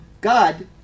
God